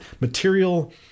material